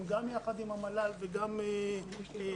יחד עם המל"ל וגם אתנו.